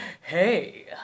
hey